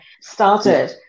started